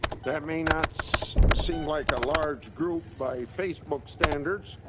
that may not so seem like a large group by facebook standards,